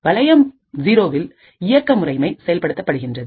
வளையம் 0 வில் இயக்க முறைமை செயல்படுத்தப்படுகின்றது